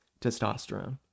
testosterone